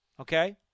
Okay